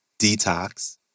Detox